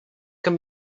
can